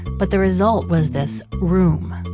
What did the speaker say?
but the result was this room.